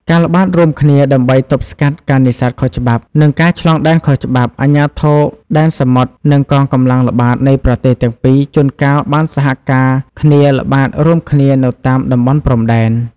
ការល្បាតរួមគ្នាដើម្បីទប់ស្កាត់ការនេសាទខុសច្បាប់ និងការឆ្លងដែនខុសច្បាប់ អាជ្ញាធរដែនសមុទ្រ និងកងកម្លាំងល្បាតនៃប្រទេសទាំងពីរជួនកាលបានសហការគ្នាល្បាតរួមគ្នានៅតាមតំបន់ព្រំដែន។